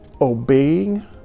obeying